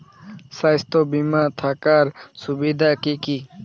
স্বাস্থ্য বিমা থাকার সুবিধা কী কী?